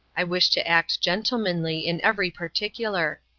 i wish to act gentlemanly in every particular.